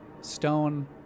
stone